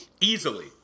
Easily